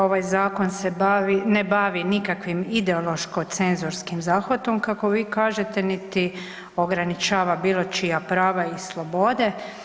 Ovaj zakon se ne bavi nikakvim ideološko-cenzorskim zahvatom kako vi kažete niti ograničava bilo čija prava i slobode.